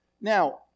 Now